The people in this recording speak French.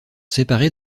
séparés